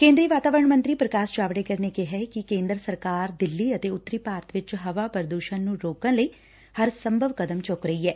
ਕੇਂਦਰੀ ਵਾਤਾਵਰਨ ਮੰਤਰੀ ਪ੍ਰਕਾਸ਼ ਜਾਵੜੇਕਰ ਨੇ ਕਿਹੈ ਕਿ ਕੇਂਦਰ ਸਰਕਾਰ ਦਿੱਲੀ ਅਤੇ ਉੱਤਰੀ ਭਾਰਤ ਵਿਚ ਹਵਾ ਪ੍ਰਦੁਸ਼ਣ ਨੂੰ ਰੋਕਣ ਲਈ ਹਰ ਸੰਭਵ ਕਦਮ ਚੁੱਕ ਰਹੀ ਐ